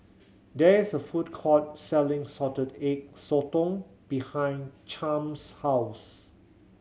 there is a food court selling Salted Egg Sotong behind Chaim's house